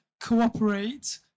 cooperate